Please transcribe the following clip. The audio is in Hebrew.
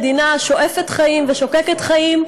מדינה שואפת חיים ושוקקת חיים,